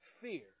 fear